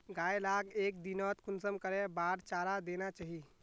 गाय लाक एक दिनोत कुंसम करे बार चारा देना चही?